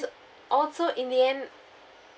also in the end